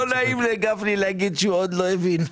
לא נעים לגפני להגיד שהוא עוד לא הבין,